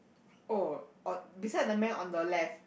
oh on beside the man on the left